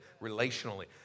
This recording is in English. relationally